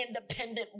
independent